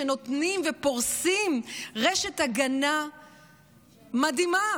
שנותנים ופורסים רשת הגנה מדהימה